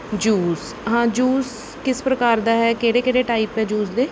juice ਹਾਂ juice ਕਿਸ ਪ੍ਰਕਾਰ ਦਾ ਹੈ ਕਿਹੜੇ ਕਿਹੜੇ ਟਾਈਪ ਹੈ ਜੂਸ ਦੇ